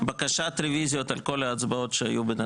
בקשת רביזיות על כל ההצבעות שהיו בינתיים.